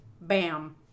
bam